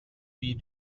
wie